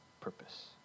purpose